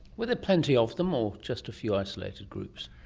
were there plenty of them or just a few isolated groups?